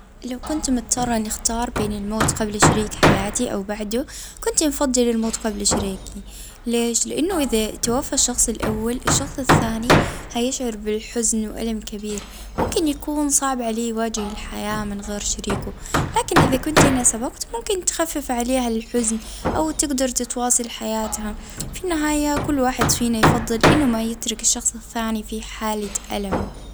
اه نفضل الموت جبل اه شريك حياتي اه الحج يعني ما نتحملش اه نشوفه عيتألم يعني أمامي.